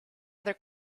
other